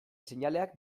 seinaleak